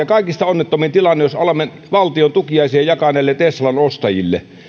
kaikista onnettomin tilanne on jos alamme valtion tukiaisia jakaa näille teslan ostajille joilla on todella rahaa